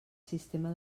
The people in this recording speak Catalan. sistema